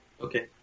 Okay